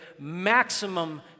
maximum